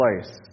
place